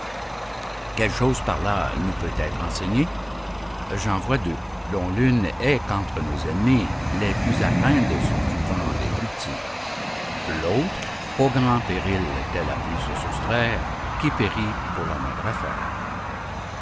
quelle chose par là nous peut être enseignée j'en vois deux dont l'une est qu'entre nos ennemis les plus à craindre sont souvent les plus petits l'autre qu'aux grands périls tel a pu se soustraire qui périt pour la moindre affaire